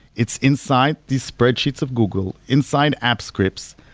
it's inside these spreadsheets of google, inside apps scripts.